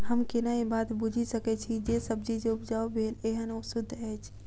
हम केना ए बात बुझी सकैत छी जे सब्जी जे उपजाउ भेल एहन ओ सुद्ध अछि?